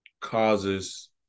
causes